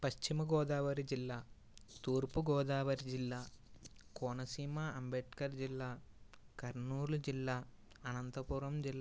పశ్చిమగోదావరి జిల్లా తూర్పుగోదావరి జిల్లా కోనసీమ అంబేద్కర్ జిల్లా కర్నూలు జిల్లా అనంతపురం జిల్లా